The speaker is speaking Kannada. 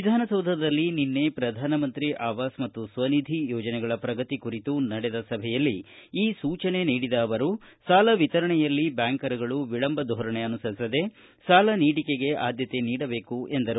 ವಿಧಾನಸೌಧದಲ್ಲಿ ನಿನ್ನೆ ಪ್ರಧಾನ ಮಂತ್ರಿ ಆವಾಸ್ ಮತ್ತು ಸ್ವನಿಧಿ ಯೋಜನೆಗಳ ಪ್ರಗತಿ ಕುರಿತು ನಡೆದ ಸಭೆಯಲ್ಲಿ ಈ ಸೂಚನೆ ನೀಡಿದ ಅವರು ಸಾಲ ವಿತರಣೆಯಲ್ಲಿ ಬ್ಯಾಂಕರ್ಗಳು ವಿಳಂಬ ಧೋರಣೆ ಅನುಸರಿಸದೇ ಸಾಲ ನೀಡಿಕೆಗೆ ಆದ್ಯತೆ ನೀಡಬೇಕು ಎಂದರು